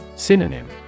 Synonym